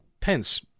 Pence